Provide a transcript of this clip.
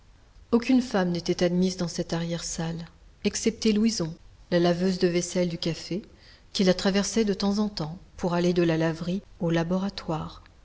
aucune femme n'était admise dans cette arrière salle excepté louison la laveuse de vaisselle du café qui la traversait de temps en temps pour aller de la laverie au laboratoire